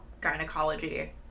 gynecology